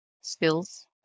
skills